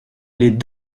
les